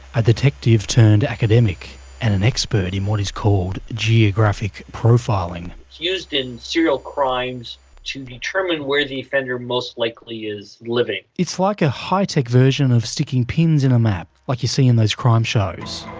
a detective turned academic, and an expert in what is called geographic profiling. it's used in serial crimes to determine where the offender most likely is living. it's like a high-tech version of sticking pins in a map, like you see in those crime shows.